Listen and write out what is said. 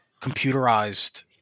computerized